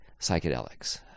psychedelics